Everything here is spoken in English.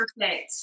perfect